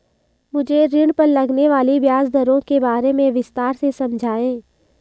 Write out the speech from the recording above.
मुझे ऋण पर लगने वाली ब्याज दरों के बारे में विस्तार से समझाएं